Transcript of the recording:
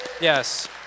Yes